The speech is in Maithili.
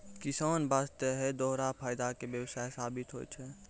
किसान वास्तॅ है दोहरा फायदा के व्यवसाय साबित होय छै